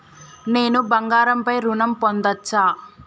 నేను బంగారం పై ఋణం పొందచ్చా?